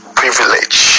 privilege